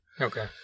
Okay